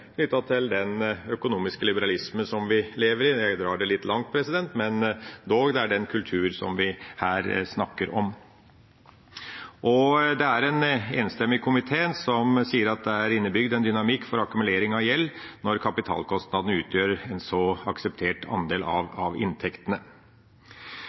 til den økonomiske liberalismen som vi lever i – jeg drar det litt langt, men dog, det er den kulturen som vi her snakker om. Det er en enstemmig komité som sier at det er en innebygd dynamikk for akkumulering av gjeld når kapitalkostnadene utgjør en så akseptert andel av inntektene.